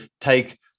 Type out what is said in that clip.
take